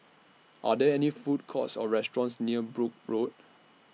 Are There any Food Courts Or restaurants near Brooke Road